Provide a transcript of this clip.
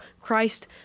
Christ